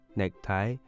necktie